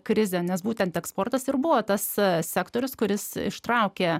krizę nes būtent eksportas ir buvo tas sektorius kuris ištraukė